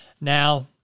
Now